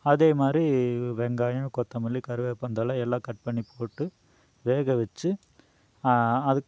அதே மாதிரி வெங்காயம் கொத்தமல்லி கருவேப்பந்தழை எல்லாம் கட் பண்ணி போட்டு வேக வச்சு அது